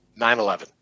9-11